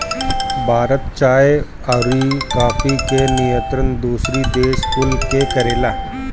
भारत चाय अउरी काफी के निर्यात दूसरी देश कुल के करेला